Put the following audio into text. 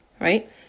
right